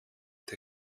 der